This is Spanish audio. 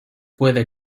puede